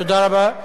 תודה רבה.